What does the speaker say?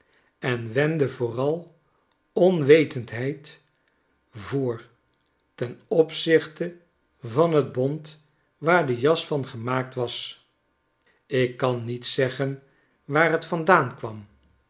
en wendde vooral onwetendheid voor ten opzichte van t bont waar de jas van gemaakt was ik kan niet zeggen waar t vandaan kwam